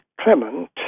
Clement